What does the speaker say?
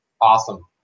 Awesome